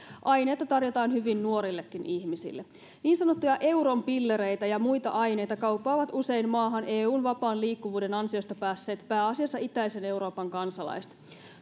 aineita tarjotaan hyvin nuorillekin ihmisille niin sanottuja euron pillereitä ja muita aineita kauppaavat usein maahan eun vapaan liikkuvuuden ansiosta päässeet pääasiassa itäisen euroopan kansalaiset